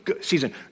season